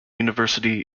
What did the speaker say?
university